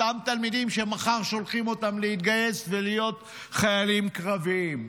אותם תלמידים שמחר שולחים אותם להתגייס ולהיות חיילים קרביים.